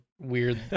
weird